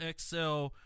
XL